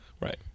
right